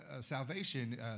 salvation